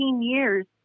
years